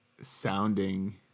sounding